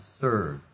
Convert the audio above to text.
serve